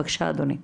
בבקשה, אדוני.